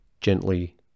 gently